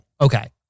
okay